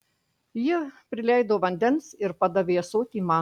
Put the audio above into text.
ji prileido vandens ir padavė ąsotį man